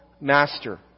master